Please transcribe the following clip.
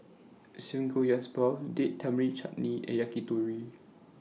Samgeyopsal Date Tamarind Chutney and Yakitori